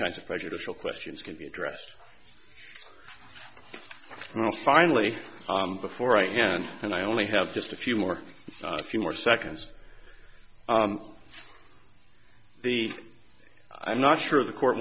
kinds of prejudicial questions can be addressed well finally before i can and i only have just a few more a few more seconds the i'm not sure the court